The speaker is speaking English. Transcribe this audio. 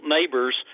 neighbors